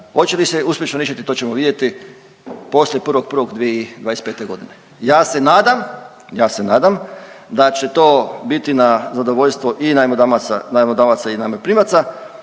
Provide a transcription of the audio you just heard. hoće li se uspješno riješiti to ćemo vidjeti poslije 1.01.2025. godine. Ja se nadam, ja se nadam da će to biti na zadovoljstvo i najmodavaca i najmoprimaca